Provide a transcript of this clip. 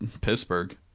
Pittsburgh